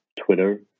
Twitter